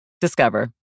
Discover